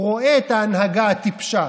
הוא רואה את ההנהגה הטיפשה,